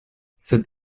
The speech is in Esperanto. sed